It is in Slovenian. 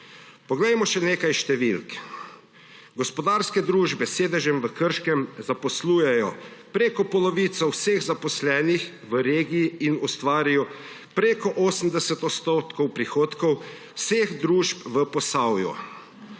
Poglejmo še nekaj številk. Gospodarske družbe s sedežem v Krškem zaposlujejo preko polovico vseh zaposlenih v regiji in ustvarijo preko 80 % prihodkov vseh družb v Posavju.